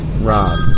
Rob